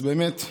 אז באמת,